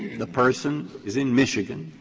the person is in michigan.